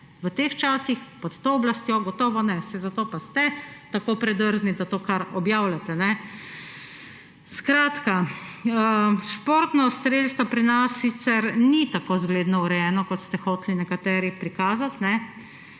V teh časih, pod to oblastjo gotovo ne, saj zato pa ste tako predrzni, da to kar objavljate. Športno strelstvo pri nas sicer ni tako zgledno urejeno, kot ste hoteli nekateri prikazati.